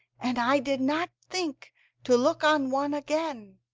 and i did not think to look on one again.